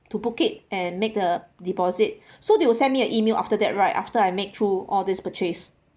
to book it and make the deposit so they will send me an email after that right after I make through all this purchase